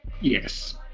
Yes